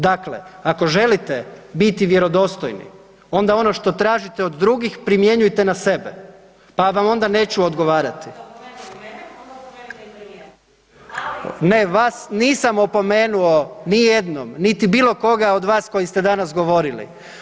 Dakle, ako želite biti vjerodostojni onda ono što tražite od drugih primjenjujte na sebe, pa vam onda neću odgovarati… [[Upadica iz klupe se ne razumije]] Ne vas nisam opomenuo ni jednom, niti bilo koga od vas koji ste danas govorili.